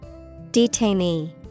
Detainee